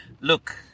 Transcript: look